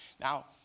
Now